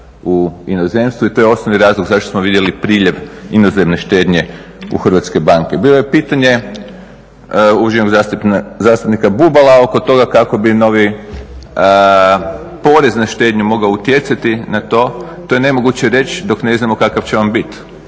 u inozemstvu. I to je osnovni razlog zašto smo vidjeli priljev inozemne štednje u hrvatske banke. Bilo je pitanje uvaženog zastupnika Bubala oko toga kako bi novi porez na štednju mogao utjecati na to, to je nemoguće reći dok ne znamo kakav će on bit,